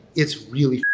it's really